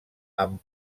amb